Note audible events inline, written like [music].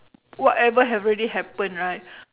whatever have already happen right [breath]